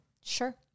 Sure